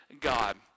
God